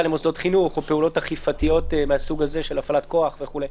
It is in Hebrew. למוסדות חינוך או פעולות אכיפתיות מהסוג הזה של הפעלת כוח וכו'.